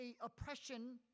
oppression